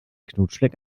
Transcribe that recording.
knutschfleck